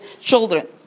children